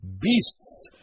beasts